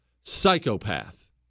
psychopath